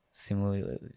Similarly